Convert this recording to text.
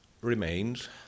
remains